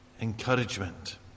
encouragement